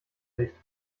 nicht